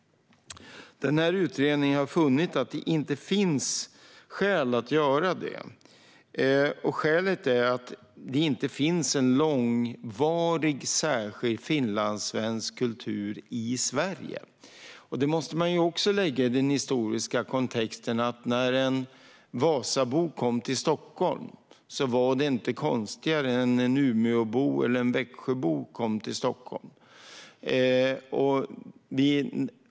Denna utredning har funnit att det inte finns skäl att göra detta. Det finns nämligen inte någon långvarig, särskild finlandssvensk kultur i Sverige. Det måste också sättas in i den historiska kontexten att det när en Vasabo kom till Stockholm inte var konstigare än när en Umeå eller Växjöbo gjorde det.